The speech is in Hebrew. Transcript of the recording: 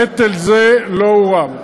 נטל זה לא הורם.